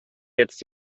jetzt